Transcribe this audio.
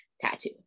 tattoo